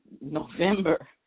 november